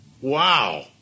Wow